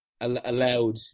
allowed